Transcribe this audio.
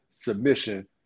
submission